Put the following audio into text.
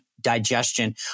digestion